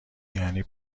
یعنی